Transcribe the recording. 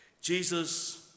Jesus